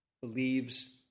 believes